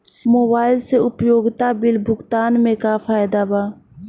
Mobile से उपयोगिता bill भुगतान से का फायदा बा?